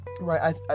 right